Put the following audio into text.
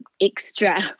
extra